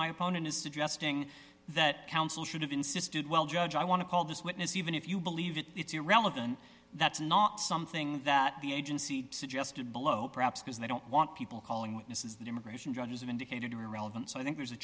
my opponent is suggesting that counsel should have insisted well judge i want to call this witness even if you believe that it's irrelevant that's not something that the agency suggested below perhaps because they don't want people calling witnesses the immigration judges have indicated irrelevant so i think there's a